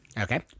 Okay